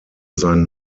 sein